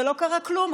ולא קרה כלום,